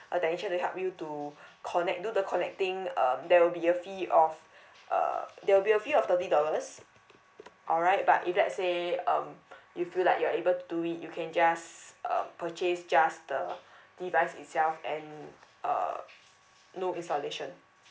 a technician to help you to connect do the connecting um there will be a fee of uh there will be a fee of thirty dollars alright but if let's say um you feel like you're able to do it you can just um purchase just the device itself and uh no installation